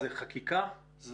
זה חקיקה?